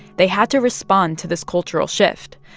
they had to respond to this cultural shift,